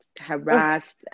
harassed